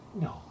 no